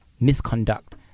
misconduct